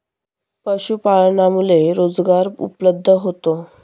पशुपालनामुळे रोजगार उपलब्ध होतो